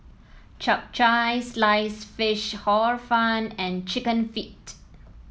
Chap Chai Sliced Fish Hor Fun and chicken feet